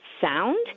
sound